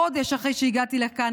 חודש אחרי שהגעתי לכאן,